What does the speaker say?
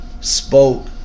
spoke